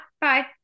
bye